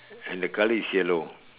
and the colour is yellow